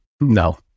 No